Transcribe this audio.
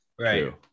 right